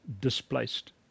displaced